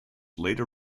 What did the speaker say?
later